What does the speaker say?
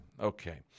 okay